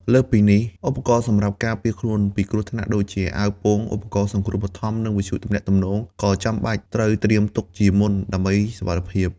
លើសពីនេះ ឧបករណ៍សម្រាប់ការពារខ្លួនពីគ្រោះថ្នាក់ដូចជា អាវពោង ឧបករណ៍សង្គ្រោះបឋម និងវិទ្យុទំនាក់ទំនង ក៏ចាំបាច់ត្រូវត្រៀមទុកជាមុនដើម្បីសុវត្ថិភាព។